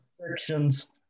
restrictions